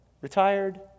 retired